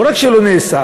לא רק שהוא לא נעשה,